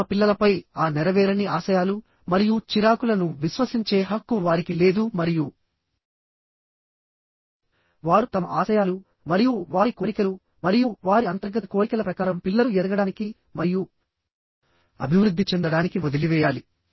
తమ పిల్లలపై ఆ నెరవేరని ఆశయాలు మరియు చిరాకులను విశ్వసించే హక్కు వారికి లేదు మరియు వారు తమ ఆశయాలు మరియు వారి కోరికలు మరియు వారి అంతర్గత కోరికల ప్రకారం పిల్లలు ఎదగడానికి మరియు అభివృద్ధి చెందడానికి వదిలివేయాలి